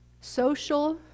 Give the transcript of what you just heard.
social